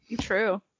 True